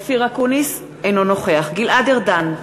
אינו נוכח גלעד ארדן,